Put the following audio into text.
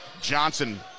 Johnson